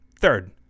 Third